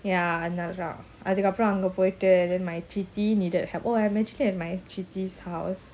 ya அதுக்கப்புறம்அங்கபோயிட்டு:adhukapuram anga poitu and then my chithi needed help oh I'm actually at my chithi's house